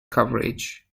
coverage